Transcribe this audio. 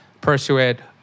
persuade